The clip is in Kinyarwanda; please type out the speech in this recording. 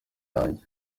yanjye